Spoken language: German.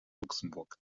luxemburg